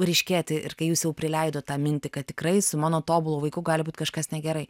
ryškėti ir kai jūs jau prileidot tą mintį kad tikrai su mano tobulu vaiku gali būt kažkas negerai